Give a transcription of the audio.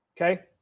Okay